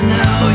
now